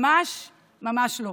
ממש לא.